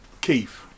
Keith